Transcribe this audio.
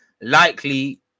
Likely